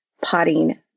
potting